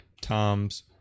times